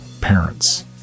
parents